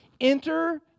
Enter